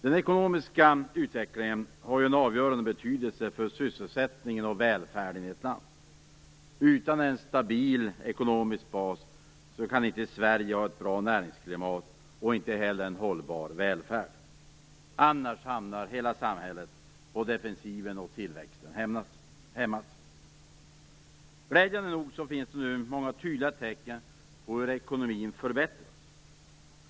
Den ekonomiska utvecklingen har en avgörande betydelse för sysselsättningen och välfärden i ett land. Utan en stabil ekonomisk bas kan Sverige inte ha ett bra näringsklimat och en hållbar välfärd, och hela samhället hamnar på defensiven, och tillväxten hämmas. Glädjande nog finns det nu många tydliga tecken på hur ekonomin förbättras.